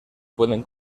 pueden